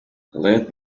let